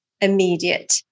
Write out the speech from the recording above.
immediate